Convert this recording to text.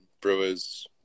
Brewers